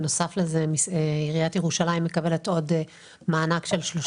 בנוסף לזה עיריית ירושלים מקבלת עוד מענק של 30